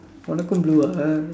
உனக்கும்:unakkum blue ah